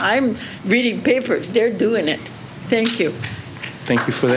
i'm reading papers they're doing it thank you thank you for